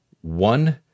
one